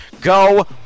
Go